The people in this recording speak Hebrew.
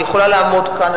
אני יכולה לעמוד כך,